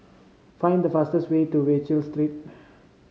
find the fastest way to Wallich Street